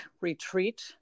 retreat